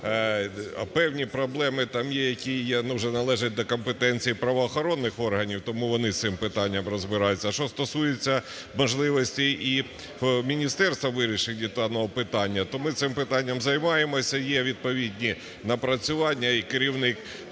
Певні проблеми там є, які вже належать до компетенції правоохоронних органів, тому вони з цим питанням розбираються. А що стосується важливості і міністерства у вирішенні даного питання, то ми цим питанням займаємося. Є відповідні напрацювання і керівник